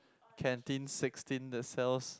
canteen sixteen that sells